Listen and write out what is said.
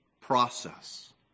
process